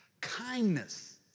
kindness